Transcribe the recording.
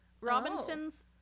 robinson's